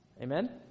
Amen